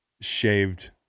shaved